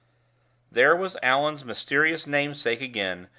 there was allan's mysterious namesake again,